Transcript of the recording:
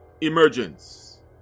Emergence